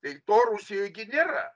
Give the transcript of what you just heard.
tai to rusijoj nėra